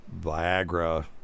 Viagra